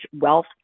wealth